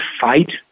fight